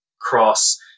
cross